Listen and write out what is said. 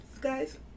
guys